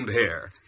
hair